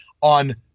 on